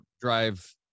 drive